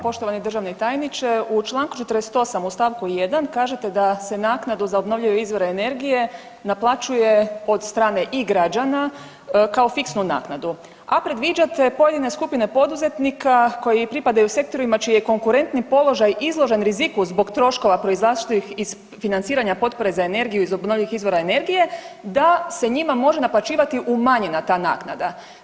Poštovani državni tajniče, u čl. 48. u st. 1. kažete da se naknadu za obnovljive izvore energije naplaćuje od strane i građana kao fiksnu naknadu, a predviđate pojedine skupine poduzetnika koji pripadaju sektorima čiji je konkurentni položaj izložen riziku zbog troškova proizašlih iz financiranja potpore za energiju iz obnovljivih izvora energije da se njima može naplaćivati umanjena ta naknada.